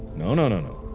no no no no.